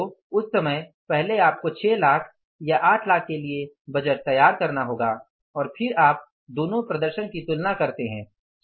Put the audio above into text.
तो उस समय पहले आपको 6 लाख या 8 लाख के लिए बजट तैयार करना होगा और फिर आप दोनों प्रदर्शन की तुलना करते है